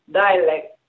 dialect